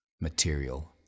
material